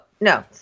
no